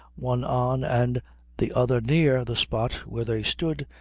one on, and the other near, the spot where they stood,